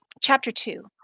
chapter two,